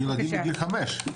בבקשה.